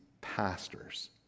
pastors